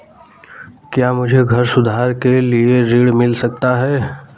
क्या मुझे घर सुधार के लिए ऋण मिल सकता है?